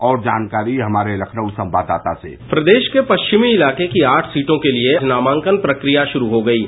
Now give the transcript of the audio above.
और जानकारी हमारे लखनऊ संवाददाता से प्रदेश के पश्चिमी इलाके की आठ सीटों के लिए नामांकन प्रक्रिया शुरू हो गयी है